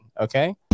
okay